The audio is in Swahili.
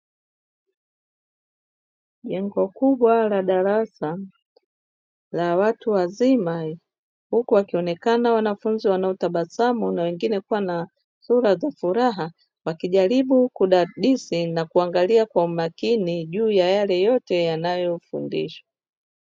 Jengo kubwa la darasa la watu wazima huku wakionekana wanafunzi wanao tabasamu na wengine wakiwa na sura za furaha ,wakijaribu kudadisi na kuangalia kwa umakini juu ya yale yote wanayofundishwa.